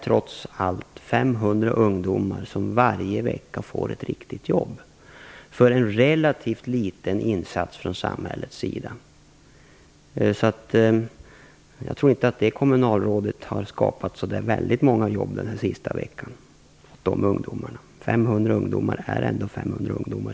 Trots allt får 500 ungdomar ett riktigt jobb varje vecka för en relativt liten insats från samhällets sida. Jag tror inte att det kommunalråd Rose-Marie Frebran syftade på har skaffat särskilt många jobb för ungdomar den senaste veckan. 500 ungdomar i jobb är ändå 500 ungdomar!